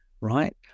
right